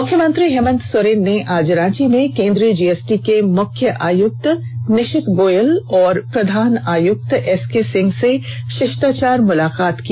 मुख्यमंत्री हेमन्त सोरेन से आज रांची में केंद्रीय जीएसटी के मुख्य आयुक्त निशित गोयल एवं प्रधान आयुक्त एसके सिंह ने शिष्टाचार मुलाकात की